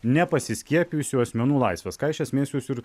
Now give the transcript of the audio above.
nepasiskiepijusių asmenų laisvės ką iš esmės jūs ir